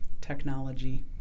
technology